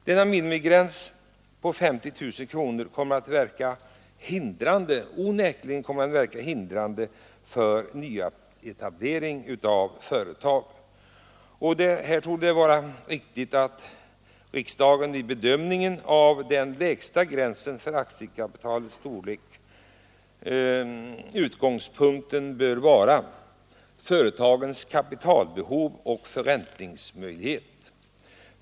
Denna minimigräns på 50 000 kronor kommer onekligen att verka hindrande för nyetablering av företag. Utgångspunkten vid riksdagens bedömning av den lägsta gränsen för aktiekapitalets storlek bör vara företagens kapitalbehov och förräntningsmöjligheter.